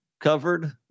covered